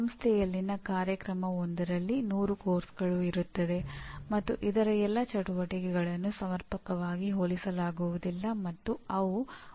ಸಂಸ್ಥೆಯಲ್ಲಿನ ಕಾರ್ಯಕ್ರಮವೊಂದರಲ್ಲಿ ನೂರು ಪಠ್ಯಕ್ರಮಗಳು ಇರುತ್ತದೆ ಮತ್ತು ಇದರ ಎಲ್ಲಾ ಚಟುವಟಿಕೆಗಳನ್ನು ಸಮರ್ಪಕವಾಗಿ ಹೋಲಿಸಲಾಗುವುದಿಲ್ಲ ಮತ್ತು ಅವು ಉದ್ದೇಶವನ್ನು ಪೂರೈಸುವುದಿಲ್ಲ